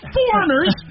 foreigners